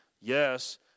Yes